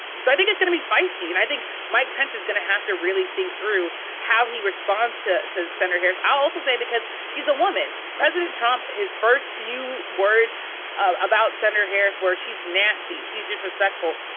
so i think it's gonna be feisty. and i think mike pence is gonna have to really think through how he responds to to senator harris. i'll also say because she's a woman. president trump, his first few words about senator harris were, she's nasty, she's disrespectful.